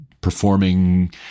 performing